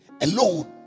alone